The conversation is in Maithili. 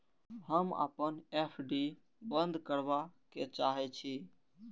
हम अपन एफ.डी बंद करबा के चाहे छी